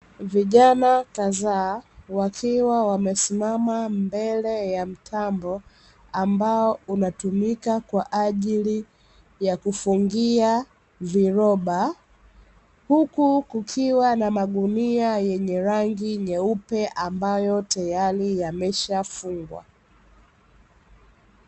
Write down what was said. Vijana kadhaa wakiwa wamesimama mbele ya mtambo unatumika kwa ajili ya kufungia viloba, huku kukiwa na magunia yenye rangi nyeupe ambayo teyari yameshafungwa.